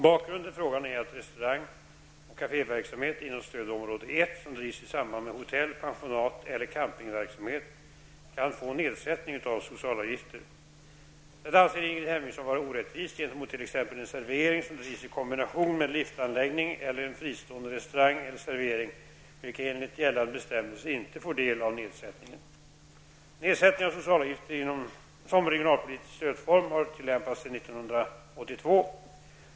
Bakgrunden till frågan är att restaurang och kaféverksamhet inom stödområde 1, som drivs i samband med hotell-, pensionat eller campingverksamhet kan få nedsättning av socialavgifter. Detta anser Ingrid Hemmingsson vara orättvist gentemot t.ex. en servering som drivs i kombination med liftanläggning, eller en fristående restaurang eller servering, vilka enligt gällande bestämmelser inte får del av nedsättningen. Nedsättning av socialavgifter som regionalpolitisk stödform har tillämpats sedan år 1982.